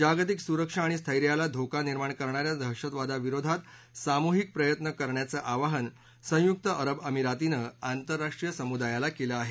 जागतिक सुरक्षा आणि स्थैयाला धोका निर्माण करणा या दहशतवादाविरोधात सामुहिक प्रयत्न करण्याचं आवाहन संयुक्त अरब अमिरातीनं आंतरराष्ट्रीय समुदायाला केलं आहे